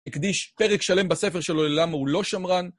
הקדיש פרק שלם בספר שלו על למה הוא לא שמרן.